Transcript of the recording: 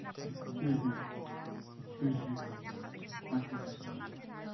ᱦᱮᱸ ᱦᱮᱸ ᱦᱮᱸ ᱦᱮᱸ ᱟᱪᱪᱷᱟ